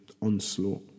onslaught